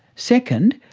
second,